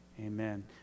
amen